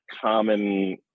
common